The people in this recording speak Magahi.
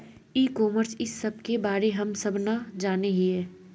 ई कॉमर्स इस सब के बारे हम सब ना जाने हीये?